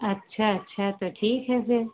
अच्छा अच्छा तो ठीक है फिर